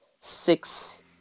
six